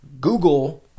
Google